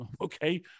okay